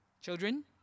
Children